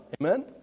Amen